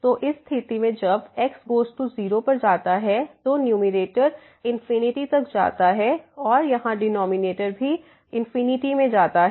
तो इस स्थिति में जब xगोज़ टू 0 पर जाता है तो न्यूमैरेटर इन्फिनिटी तक जाता है और यहाँ डिनॉमिनेटर भी इन्फिनिटी में जाता है